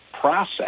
process